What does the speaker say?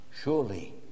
surely